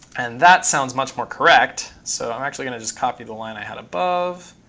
and that sounds much more correct, so i'm actually going to just copy the line i had above.